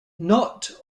not